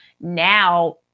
Now